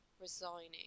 resigning